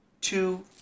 Two